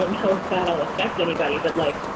don't know if that'll affect anybody. but, like,